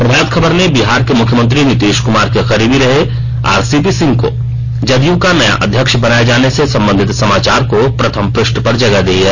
प्रभात खबर ने बिहार के मुख्यमंत्री नीति ा कुमार के करीबी रहे आरसीपी सिंह को जदयू का नया अध्यक्ष बनाए जाने से संबधित समाचार को प्रथम पृश्ठ पर जगह दी है